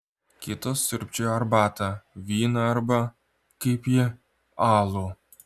kitos sriubčiojo arbatą vyną arba kaip ji alų